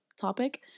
topic